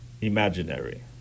imaginary